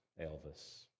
Elvis